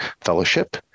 Fellowship